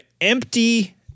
empty